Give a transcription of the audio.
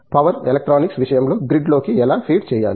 power electronics విషయంలో గ్రిడ్లోకి ఎలా ఫీడ్ చేయాలి